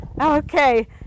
okay